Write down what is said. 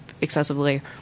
excessively